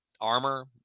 armor